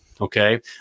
Okay